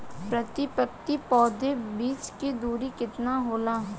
प्रति पंक्ति पौधे के बीच की दूरी केतना होला?